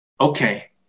Okay